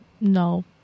No